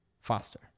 faster